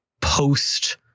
post